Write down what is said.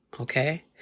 Okay